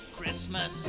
Christmas